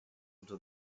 until